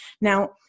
Now